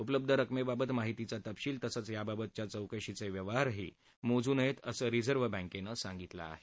उपलब्ध रक्कमेबाबत माहितीचा तपशील तसंच याबाबतच्या चौकशीचे व्यवहारही मोजू नयेत असं रिझर्व बँकेनं सांगितलं आहे